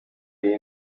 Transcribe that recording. iyi